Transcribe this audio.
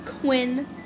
Quinn